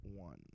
one